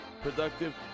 productive